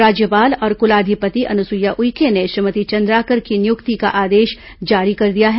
राज्यपाल और कुलाधिपति अनुसुईया उइके ने श्रीमती चंद्राकर की नियुक्ति का आदेश जारी कर दिया है